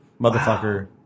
Motherfucker